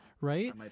right